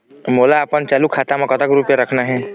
मोला अपन चालू खाता म कतक रूपया रखना हे?